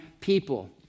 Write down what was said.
people